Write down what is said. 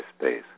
space